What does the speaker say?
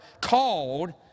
called